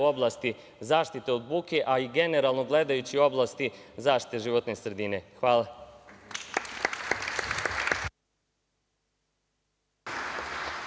u oblasti zaštite od buke, a i generalno gledajući u oblasti zaštite životne sredine. Hvala.